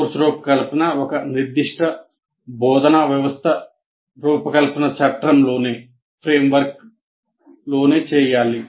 course రూపకల్పన ఒక నిర్దిష్ట బోధనా వ్యవస్థ రూపకల్పన చట్రంలోనే చేయాలి